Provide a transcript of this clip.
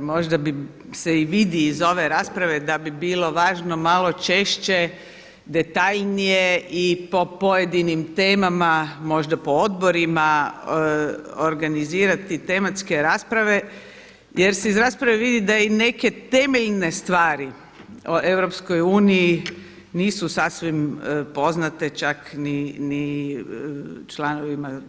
Možda se i vidi iz ove rasprave da bi bilo važno malo češće, detaljnije i po pojedinim temama, možda po odborima organizirati tematske rasprave jer se iz rasprave vidi da i neke temeljne stvari o EU nisu sasvim poznate čak ni članovima